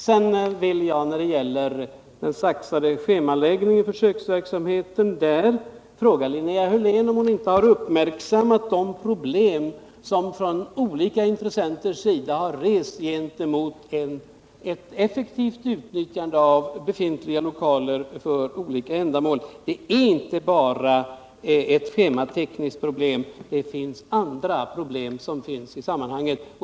Vad beträffar försöksverksamheten med saxad schemaläggning vill jag fråga Linnea Hörlén, om hon inte har lagt märke till de problem som olika intressenter ställts inför när det gäller effektivt utnyttjande av befintliga lokaler för olika ändamål. Det är inte bara ett schematekniskt problem. Det finns också andra problem i sammanhanget.